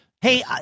Hey